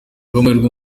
bw’amahirwe